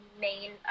main